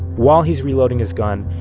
while he's reloading his gun,